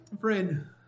Friend